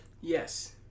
Yes